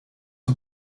een